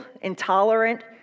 intolerant